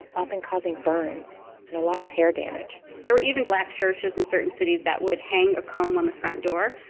often causing burns and a lot of hair damage there were even black churches in certain cities that would hang a comb on the front door.